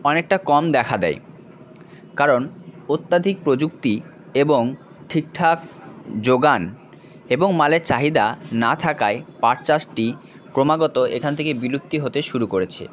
অনেকটা কম দেখা দেয় কারণ অত্যাধিক প্রযুক্তি এবং ঠিকঠাক যোগান এবং মালের চাহিদা না থাকায় পাট চাষটি ক্রমাগত এখান থেকে বিলুপ্তি হতে শুরু করেছে